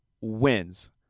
wins